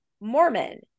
Mormon